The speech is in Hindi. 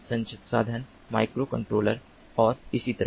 संसाधन माइक्रोकंट्रोलर और इसी तरह